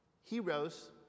heroes